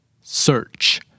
Search